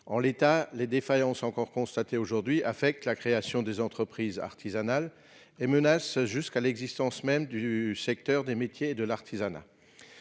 En l'état, les défaillances encore constatées aujourd'hui affectent la création d'entreprises artisanales, menaçant jusqu'à l'existence même du secteur des métiers et de l'artisanat,